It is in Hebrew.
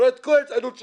רואה את כל ההתעללות שלהם.